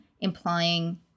implying